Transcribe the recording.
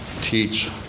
teach